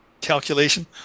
calculation